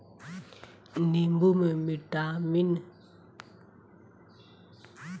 नीबू में vitamin C मिलेला एसे एके रोज खाए के चाही